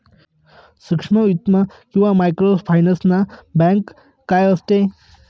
सूक्ष्म वित्त किंवा मायक्रोफायनान्स बँक काय असते?